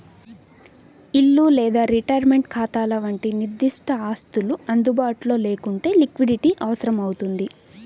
ఇల్లు లేదా రిటైర్మెంట్ ఖాతాల వంటి నిర్దిష్ట ఆస్తులు అందుబాటులో లేకుంటే లిక్విడిటీ అవసరమవుతుంది